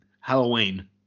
Halloween